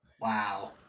Wow